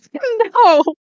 No